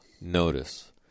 notice